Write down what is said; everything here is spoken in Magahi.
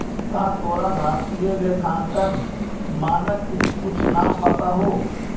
का तोरा भारतीय लेखांकन मानक के कुछ नाम पता हो?